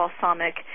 balsamic